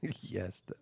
Yes